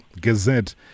Gazette